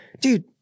dude